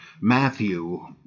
Matthew